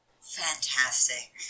fantastic